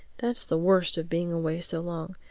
that's the worst of being away so long.